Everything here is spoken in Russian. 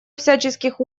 всяческих